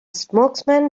spokesman